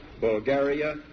Bulgaria